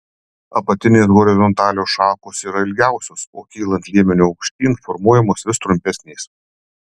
apatinės horizontalios šakos yra ilgiausios o kylant liemeniu aukštyn formuojamos vis trumpesnės